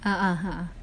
ah ah ha ah